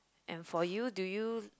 and for you do you